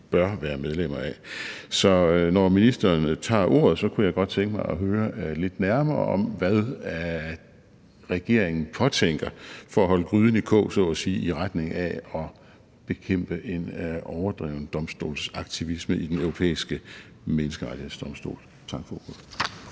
bør være medlemmer af. Så når ministeren tager ordet, kunne jeg godt tænke mig at høre lidt nærmere om, hvad regeringen påtænker for at holde gryden i kog så at sige i retning af at bekæmpe en overdreven domstolsaktivisme hos Den Europæiske Menneskerettighedsdomstol. Tak for ordet.